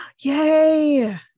yay